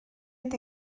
ydy